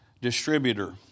distributor